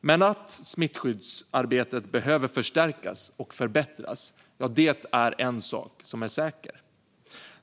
Men att smittskyddsarbetet behöver förstärkas och förbättras är en sak som är säker.